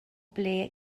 ble